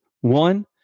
One